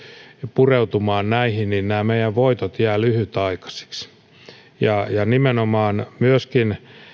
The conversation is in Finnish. pureutumaan näihin niin nämä meidän voittomme jäävät lyhytaikaisiksi nimenomaan myöskin